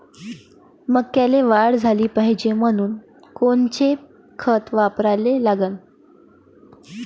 मक्याले वाढ झाली पाहिजे म्हनून कोनचे खतं वापराले लागन?